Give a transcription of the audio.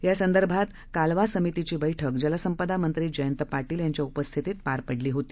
या संदर्भात कालवा समितीची बैठक जलसंपदा मंत्री जयंत पाटील यांच्या उपस्थितीत पार पडली होती